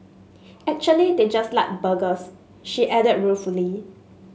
actually they just like burgers she adds ruefully